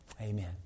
Amen